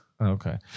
Okay